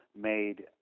made